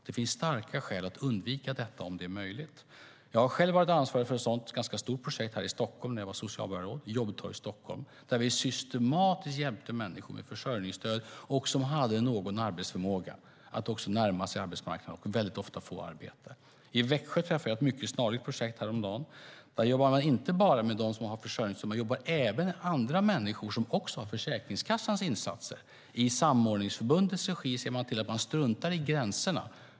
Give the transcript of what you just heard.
Det finns starka skäl att undvika detta om det är möjligt. Jag har själv varit ansvarig för ett sådant ganska stort projekt här i Stockholm när jag var socialborgarråd. Det var Jobbtorg Stockholm, där vi systematiskt hjälpte människor med försörjningsstöd som hade någon arbetsförmåga att närma sig arbetsmarknaden. Väldigt ofta fick de arbete. I Växjö träffade jag på ett mycket snarlikt projekt häromdagen. Där jobbar man inte bara med dem som har försörjningsstöd utan även med andra människor som också har Försäkringskassans insatser. I samordningsförbundets regi ser man till att man struntar i gränserna.